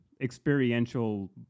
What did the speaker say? experiential